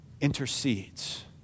intercedes